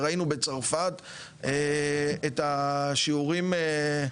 וראינו בצרפת את השיעורים,